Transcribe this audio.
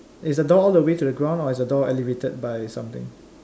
is the door all the way to the ground or is the door elevated by something